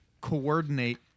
coordinate